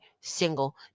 single